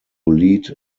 lead